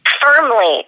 firmly